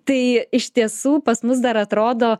tai iš tiesų pas mus dar atrodo